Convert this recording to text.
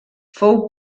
fou